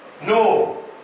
No